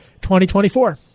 2024